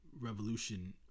revolution